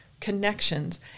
connections